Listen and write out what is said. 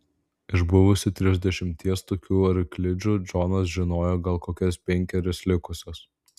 iš buvusių trisdešimties tokių arklidžių džonas žinojo gal kokias penkerias likusias